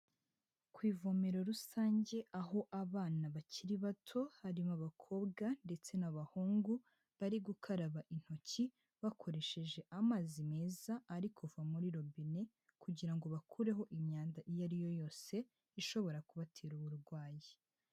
Ku ivomero rusange aho abana bakiri bato harimo abakobwa ndetse n'abahungu bari gukaraba intoki, bakoresheje amazi meza ari kuva muri robine kugira ngo bakureho imyanda iyo ariyo yose ishobora kubatera uburwayi.